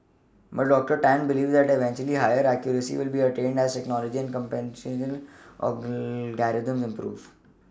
but doctor Tan believes that eventually higher accuracy can be attained as technology and computational improve